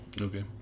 Okay